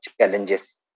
challenges